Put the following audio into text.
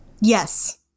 Yes